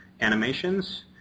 animations